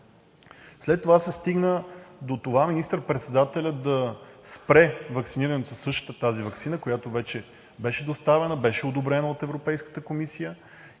След това се стигна до това министър-председателят да спре ваксинирането със същата тази ваксина, която вече беше доставена, беше одобрена от Европейската комисия